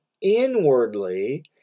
inwardly